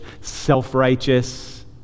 self-righteous